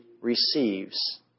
receives